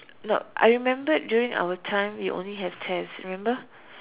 nope I remembered during our time we only had test remember